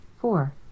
Four